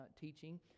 teaching